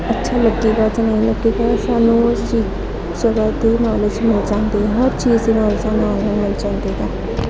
ਅੱਛਾ ਲੱਗੇਗਾ ਜਾਂ ਨਹੀਂ ਲੱਗੇਗਾ ਸਾਨੂੰ ਉਸ ਚੀਜ਼ ਜਗ੍ਹਾ ਦੀ ਨੋਲੇਜ ਮਿਲ ਜਾਂਦੀ ਹੈ ਹਰ ਚੀਜ਼ ਦੀ ਨੋਲੇਜ ਸਾਨੂੰ ਮਿਲ ਜਾਂਦੀ ਹੈ